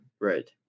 Right